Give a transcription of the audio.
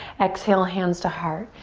exhale, hands to heart.